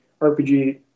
RPG